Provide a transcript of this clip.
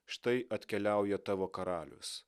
štai atkeliauja tavo karalius